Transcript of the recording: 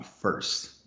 first